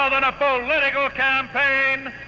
ah than a political campaign.